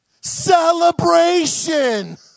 Celebration